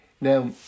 Now